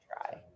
try